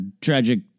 tragic